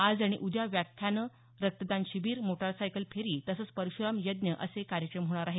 आज आणि उद्या व्याख्यान रक्तदान शिबीर मोटारसायकल फेरी तसंच परश्राम यज्ञ असे कार्यक्रम होणार आहेत